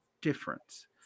difference